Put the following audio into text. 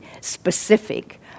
specific